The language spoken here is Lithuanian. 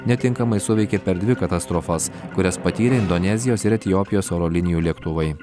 netinkamai suveikė per dvi katastrofas kurias patyrė indonezijos ir etiopijos oro linijų lėktuvai